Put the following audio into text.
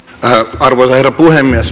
arvoisa herra puhemies